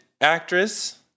actress